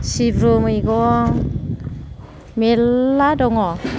सिब्रु मैगं मेरला दङ